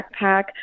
backpack